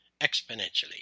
exponentially